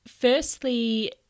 firstly